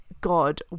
god